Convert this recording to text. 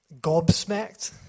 gobsmacked